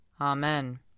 Amen